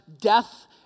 death